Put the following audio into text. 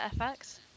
FX